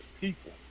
people